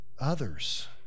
others